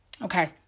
Okay